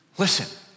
Listen